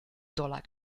dollar